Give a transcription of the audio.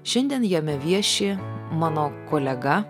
šiandien jame vieši mano kolega